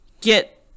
get